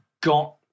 got